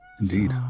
Indeed